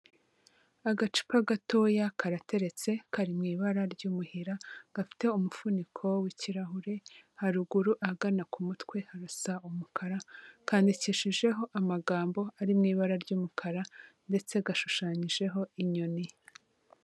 Agacupa gatoya karateretse kari mu ibara ry'umuhira, gafite umufuniko w'ikirahure, haruguru ahagana ku mutwe harasa umukara, kandiyandikeshijeho amagambo ari mu ibara ry'umukara ndetse gashushanyijeho inyoni.